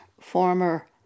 former